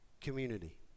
community